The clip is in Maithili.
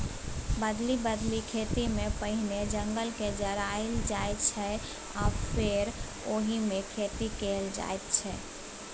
बदलि बदलि खेतीमे पहिने जंगलकेँ जराएल जाइ छै आ फेर ओहिमे खेती कएल जाइत छै